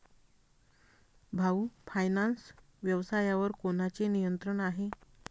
भाऊ फायनान्स व्यवसायावर कोणाचे नियंत्रण आहे?